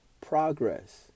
progress